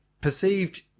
perceived